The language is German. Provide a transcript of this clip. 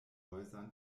häusern